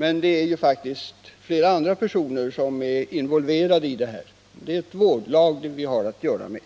Men flera andra personer är ju faktiskt involverade i den här verksamheten. Det är alltså ett vårdlag vi har att göra med.